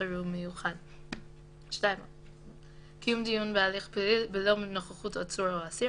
חירום מיוחד); קיום דיון בהליך פלילי בלא נוכחות עצור או אסיר